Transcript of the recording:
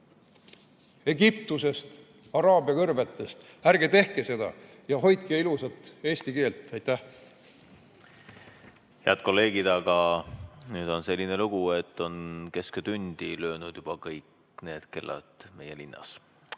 Egiptusest, Araabia kõrbetest. Ärge tehke seda ja hoidke ilusat eesti keelt! Aitäh! Head kolleegid, aga nüüd on selline lugu, et on kesköötundi löönud juba kõik need kellad meie linnas.